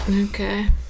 Okay